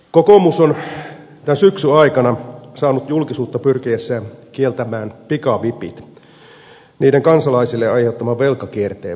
kokoomus on tämän syksyn aikana saanut julkisuutta pyrkiessään kieltämään pikavipit niiden kansalaisille aiheuttaman velkakierteen vuoksi